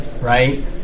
right